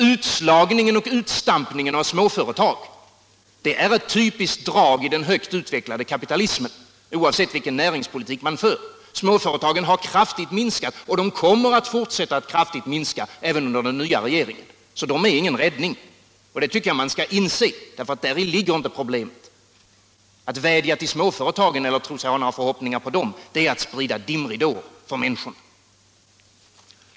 Utslagningen och utstampningen av småföretag är ett typiskt drag i den högt utvecklade kapitalismen, oavsett vilken näringspolitik man för. Småföretagen har kraftigt minskat och de kommer att fortsätta att kraftigt minska även under den nya regeringen. Så det är ingen räddning, och det tycker jag att man skall inse. Däri ligger inte problemet. Att vädja till småföretagen eller säga sig ha några förhoppningar på dem är att lägga ut en dimridå för människorna.